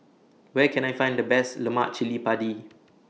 Where Can I Find The Best Lemak Cili Padi